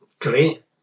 great